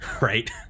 right